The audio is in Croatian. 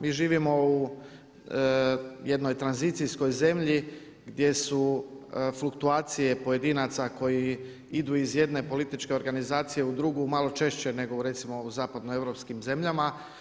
Mi živimo u jednoj tranzicijskoj zemlji gdje su fluktuacije pojedinaca koji idu iz jedne političke organizacije u drugu malo češće nego recimo u zapadnoeuropskim zemljama.